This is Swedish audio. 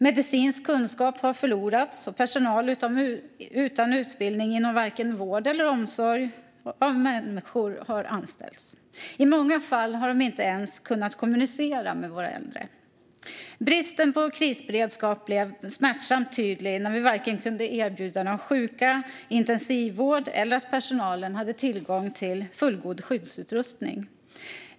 Medicinsk kunskap har förlorats, och personal utan utbildning inom varken vård eller omsorg av människor har anställts. I många fall har de inte ens kunnat kommunicera med våra äldre. Bristen på krisberedskap blev smärtsamt tydlig när de sjuka inte kunde erbjudas intensivvård och när personalen inte hade tillgång till fullgod skyddsutrustning.